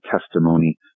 testimony